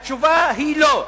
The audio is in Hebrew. התשובה היא: לא,